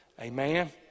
amen